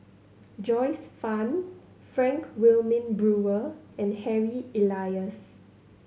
Joyce Fan Frank Wilmin Brewer and Harry Elias